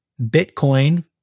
Bitcoin